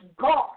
God